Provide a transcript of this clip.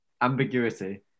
ambiguity